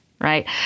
right